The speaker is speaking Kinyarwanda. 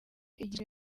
igizwe